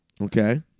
Okay